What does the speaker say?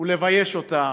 ולבייש אותה,